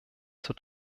zur